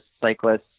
cyclists